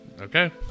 Okay